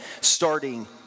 starting